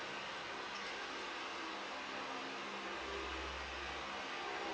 with the person will feel like you are nuisance more than like you